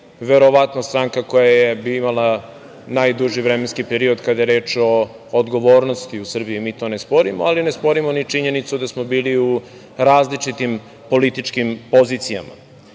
verovatno stranka koja je bivala najduži vremenski period, kada je reč o odgovornosti u Srbiji, mi to ne sporimo, ali ne sporimo ni činjenicu da smo bili u različitim političkim pozicijama,